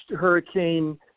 Hurricane